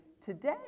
Today